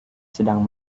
sedang